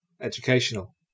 Educational